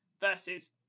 versus